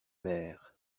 mer